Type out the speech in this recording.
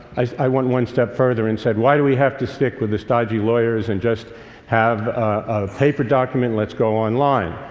i went one step further and said, why do we have to stick with the stodgy lawyers and just have a paper document? let's go online.